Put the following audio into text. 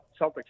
Celtics